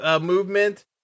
movement